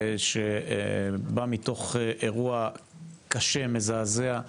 שבאה מתוך אירוע קשה ומזעזע,